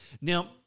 Now